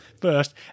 first